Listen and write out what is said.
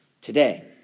today